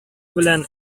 белән